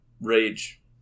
rage